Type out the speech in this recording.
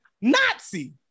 Nazi